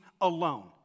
alone